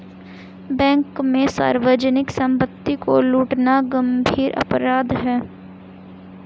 bank में सार्वजनिक सम्पत्ति को लूटना गम्भीर अपराध है